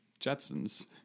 Jetsons